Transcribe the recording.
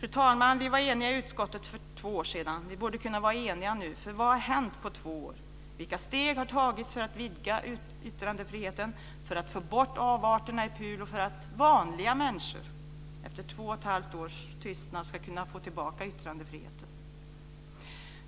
Fru talman! Vi var eniga i utskottet för två år sedan. Vi borde kunna vara eniga nu. Vad har hänt på två år? Vilka steg har tagits för att vidga yttrandefriheten, för att få bort avarterna i PUL och för att vanliga människor efter två och ett halvt års tystnad ska kunna få tillbaka yttrandefriheten?